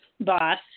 boss